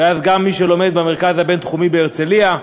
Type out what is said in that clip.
ואז גם מי שלומד במרכז הבין-תחומי בהרצלייה,